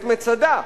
את מצדה.